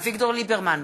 נגד אביגדור ליברמן,